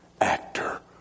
actor